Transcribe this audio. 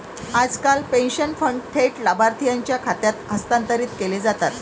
आजकाल pension fund थेट लाभार्थीच्या खात्यात हस्तांतरित केले जातात